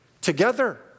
together